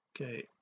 okay